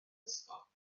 ysgol